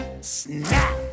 Snap